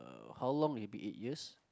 uh how long maybe eight years